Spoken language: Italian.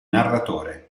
narratore